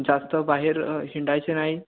जास्त बाहेर हिंडायचं नाही